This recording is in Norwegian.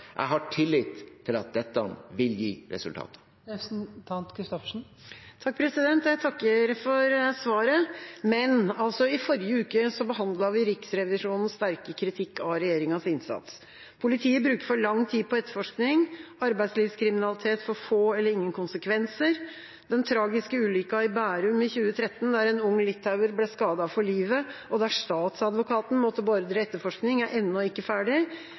Jeg har tillit til at dette vil gi resultat. Jeg takker for svaret. I forrige uke behandlet vi Riksrevisjonens sterke kritikk av regjeringas innsats. Politiet bruker for lang tid på etterforskning, arbeidslivskriminalitet får få eller ingen konsekvenser, den tragiske ulykken i Bærum i 2013 der en ung litauer ble skadet for livet, og der statsadvokaten måtte beordre etterforskning, er ennå ikke ferdig,